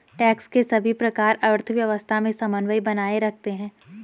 tax के सभी प्रकार अर्थव्यवस्था में समन्वय बनाए रखते हैं